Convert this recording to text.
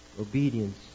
obedience